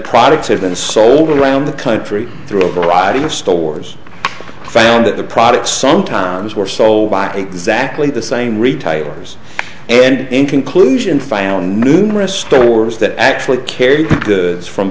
products have been so sold around the country through a variety of stores failed at the product sometimes were sold by exactly the same retires and in conclusion found numerous stores that actually carry goods from